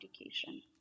education